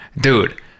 dude